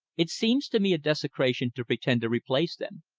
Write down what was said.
it seems to me a desecration to pretend to replace them.